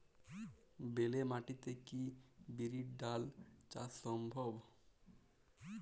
বেলে মাটিতে কি বিরির ডাল চাষ সম্ভব?